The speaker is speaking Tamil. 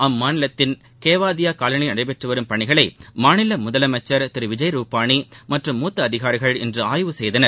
அம்மாநிலத்தின் கேவோதயா காலனியில் நடைபெற்று வரும் பணிகளை மாநில முதலமைச்சா் திரு விஜய் ரூபானி மற்றும் மூத்த அதிகாரிகள் இன்று ஆய்வு செய்தனர்